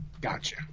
Gotcha